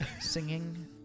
singing